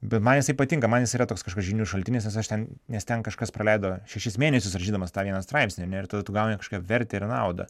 bet man jisai patinka man jis yra toks kažkoks žinių šaltinis nes aš ten nes ten kažkas praleido šešis mėnesius rašydamas tą vieną straipsnį ir tada tu gauni kažkokią vertę ir naudą